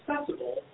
accessible